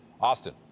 Austin